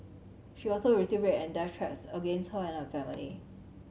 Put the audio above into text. she also received and threats against her and her family